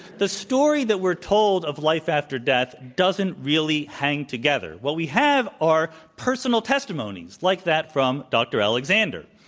the story that we're told of life after death doesn't really hang together. what we have are personal testimonies like that from dr. alexander.